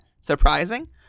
surprising